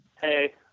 Hey